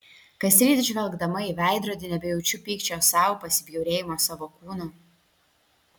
kasryt žvelgdama į veidrodį nebejaučiu pykčio sau pasibjaurėjimo savo kūnu